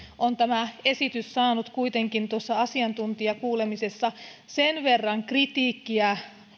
on tämä esitys saanut kuitenkin tuossa asiantuntijakuulemisessa osakseen sen verran kritiikkiä